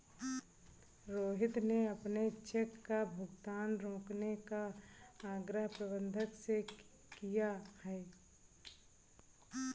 रोहित ने अपने चेक का भुगतान रोकने का आग्रह प्रबंधक से किया है